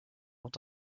ont